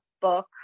book